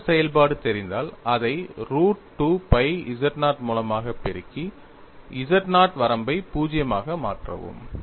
அழுத்த செயல்பாடு தெரிந்தால் அதை ரூட் 2 pi z0 மூலமாக பெருக்கி z0 வரம்பை 0 ஆக மாற்றவும்